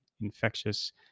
infectious